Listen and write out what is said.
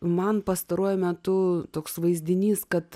man pastaruoju metu toks vaizdinys kad